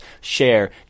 share